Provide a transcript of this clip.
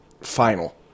final